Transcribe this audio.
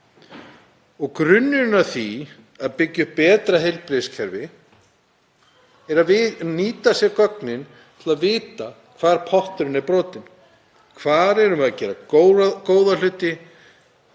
og grunnurinn að því að byggja upp betra heilbrigðiskerfi er að nýta sér gögnin til að vita hvar pottur er brotinn. Hvar erum við að gera góða hluti